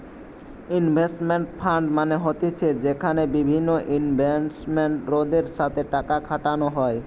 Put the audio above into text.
investment fund মানে হতিছে যেখানে বিভিন্ন ইনভেস্টরদের সাথে টাকা খাটানো হয়